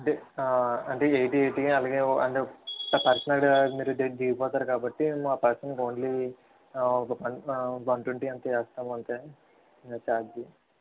అంటే ఆ అంటే ఎయిటీ ఎయిటీ అలాగే ఓ పర్సనల్గా మీరు ది దిగిపోతారు కాబట్టి ఆ పర్సన్కు ఓన్లీ వన్ వన్ ట్వంటీ ఎంతో వేస్తాము అంతే ఛార్జ్